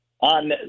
on